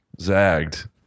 zagged